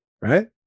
Right